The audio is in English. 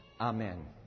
Amen